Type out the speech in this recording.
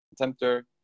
contemptor